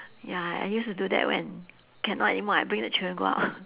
ya I used to do that when cannot anymore I bring the children go out